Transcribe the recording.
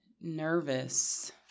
Nervous